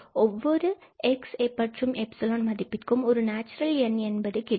ஒவ்வொரு x and 𝜖 மதிப்பிற்கும் ஒரு நேச்சுரல் எண் N என்பது கிடைக்கும்